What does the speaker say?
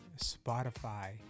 Spotify